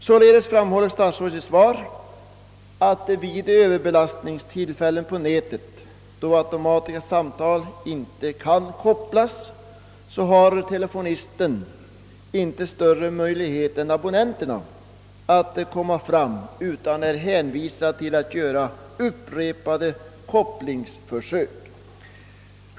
Statsrådet framhåller i sitt svar, att vid de tillfällen då nätet är överbelastat och automatiska samtal inte kan kopplas, så har telefonisten inte större möjlighet än abonnenten att komma fram utan är hänvisad till att göra upprepade kopplingsförsök.